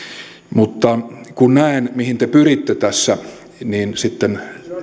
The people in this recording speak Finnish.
mutta kun näen mihin te pyritte tässä niin sitten